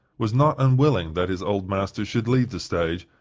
was not unwilling that his old master should leave the stage,